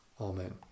Amen